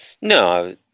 No